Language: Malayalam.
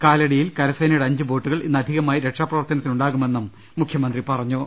കാലടിയിൽ കരസേനയുടെ അഞ്ച് ബോട്ടുകൾ ഇന്ന് അധികമായി രക്ഷാപ്രവർത്തനത്തിനുണ്ടാകുമെന്ന് മുഖ്യ മന്ത്രി പറഞ്ഞു